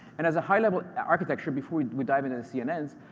and as a high-level architecture, before we dive into the cnns,